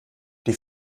die